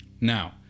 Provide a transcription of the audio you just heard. Now